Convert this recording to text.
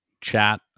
chat